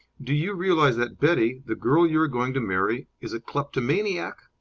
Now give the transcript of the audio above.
do you realize that betty, the girl you are going to marry, is a kleptomaniac?